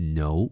no